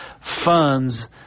funds